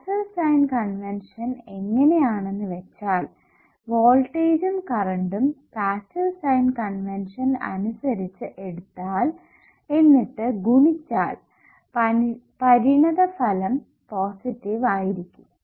passive sign convention എങ്ങനെ ആണെന്ന് വെച്ചാൽ വോൾട്ടേജ്ജും കറണ്ടും പാസ്സീവ് സൈൻ കൺവെൻഷൻ അനുസരിച്ചു എടുത്താൽ എന്നിട്ട് ഗുണിച്ചാൽ പരിണതഫലം പോസിറ്റീവ് ആയിരിക്കും